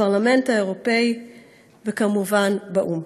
בפרלמנט האירופי וכמובן באו"ם.